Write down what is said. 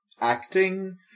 acting